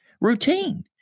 routine